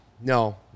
No